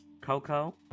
Coco